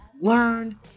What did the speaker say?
learn